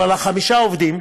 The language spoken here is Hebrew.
אבל חמישה עובדים,